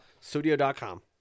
studio.com